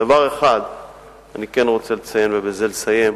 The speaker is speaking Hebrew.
דבר אחד אני כן רוצה לציין, ובזה לסיים: